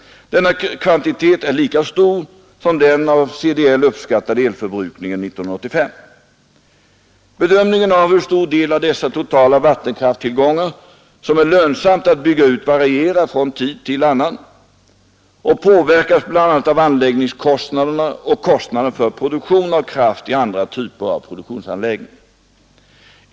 Denna kvantitet är lika stor som den av CDL uppskattade elförbrukningen för år 1985. Bedömningen av hur stor del av dessa totala vattenkraftstillgångar som är lönsam att bygga ut varierar från tid till annan och påverkas bl.a. av anläggningskostnaderna och kostnaden för produktion av kraft i andra typer av produktionsanläggningar.